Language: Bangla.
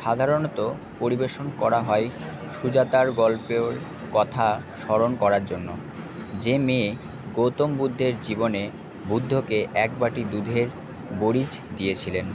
সাধারণত পরিবেশন করা হয় সুজাতার গল্পের কথা স্মরণ করার জন্য যে মেয়ে গৌতম বুদ্ধের জীবনে বুদ্ধকে এক বাটি দুধের পরিজ দিয়েছিলেন